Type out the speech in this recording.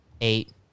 eight